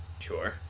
Sure